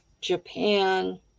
Japan